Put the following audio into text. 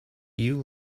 you